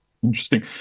interesting